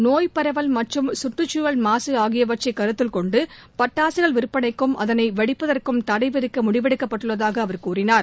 நோய் பரவல் மற்றும் கற்றுச்சூழல் மாசு ஆகியவற்றை கருத்தில் கொண்டு பட்டாககள் விற்பனைக்கும் அதனை வெடிப்பதற்கும் தடை விதிக்க முடிவெடுக்கப்பட்டுள்ளதாக அவர் கூறியுள்ளார்